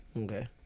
Okay